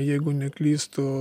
jeigu neklystu